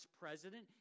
president